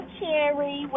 Cherry